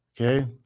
Okay